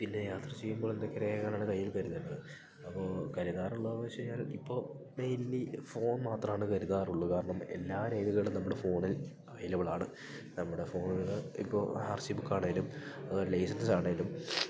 പിന്നെ യാത്ര ചെയ്യുമ്പോൾ എന്തൊക്കെ രേഖകളാണ് കയ്യിൽ കരുതേണ്ടത് അപ്പോൾ കരുതാറുള്ളത് എന്ന് വെച്ച് കഴിഞ്ഞാല് ഇപ്പോൾ മെയിൻലി ഫോൺ മാത്രാണ് കരുതാറുള്ളു കാരണം എല്ലാ രേഖകളും നമ്മുടെ ഫോണിൽ അവൈലബിളാണ് നമ്മുടെ ഫോണുകൾ ഇപ്പോൾ ആർ സി ബുക്കാണേലും അതുപോലെ ലൈസൻസാണേലും